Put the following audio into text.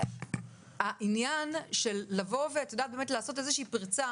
לעשות איזושהי פרצה